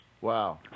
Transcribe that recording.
Wow